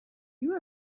you